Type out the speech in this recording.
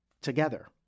Together